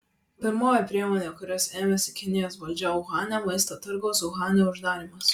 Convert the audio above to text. pirmoji priemonė kurios ėmėsi kinijos valdžia uhane maisto turgaus uhane uždarymas